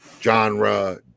genre